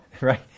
right